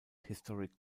historic